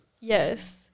yes